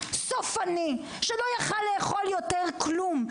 סופני שלא יכול היה לאכול יותר כלום,